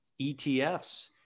ETFs